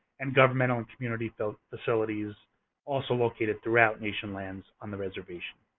and governmental and community facilities also located throughout nation lands on the reservation.